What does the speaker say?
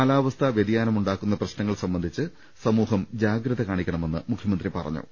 കാലാവസ്ഥാ വ്യതിയാനം ഉണ്ടാക്കുന്ന പ്രശ്നങ്ങൾ സംബന്ധിച്ച് സമൂഹം വലിയ ജാഗ്രത കാണിക്കണമെന്ന് മുഖ്യമന്ത്രി പറഞ്ഞു